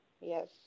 Yes